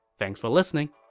thanks for listening!